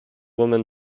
woman